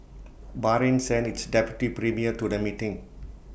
Bahrain sent its deputy premier to the meeting